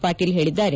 ಪಾಟೀಲ್ ಹೇಳಿದ್ದಾರೆ